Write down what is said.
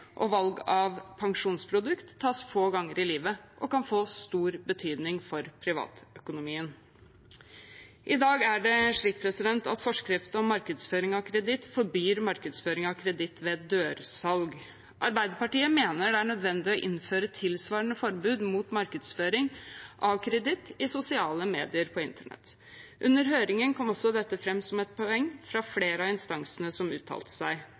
og valg av pensjonsprodukt, tas få ganger i livet og kan få stor betydning for privatøkonomien. I dag er det slik at forskrift om markedsføring av kreditt forbyr markedsføring av kreditt ved dørsalg. Arbeiderpartiet mener det er nødvendig å innføre tilsvarende forbud mot markedsføring av kreditt i sosiale medier på internett. Under høringen kom også dette fram som et poeng fra flere av instansene som uttalte seg.